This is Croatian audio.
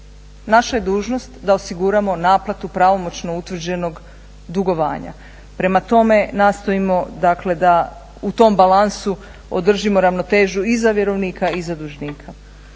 Naša je dužnost da osiguramo naplatu pravomoćno utvrđenog dugovanja. Prema tome nastojimo da u tom balansu održimo ravnotežu i za vjerovnika i za dužnika.